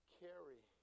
carry